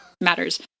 matters